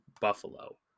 Buffalo